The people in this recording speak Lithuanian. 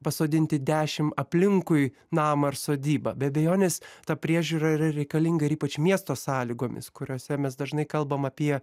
pasodinti dešim aplinkui namą ar sodybą be abejonės ta priežiūra yra reikalinga ir ypač miesto sąlygomis kuriose mes dažnai kalbam apie